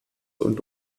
und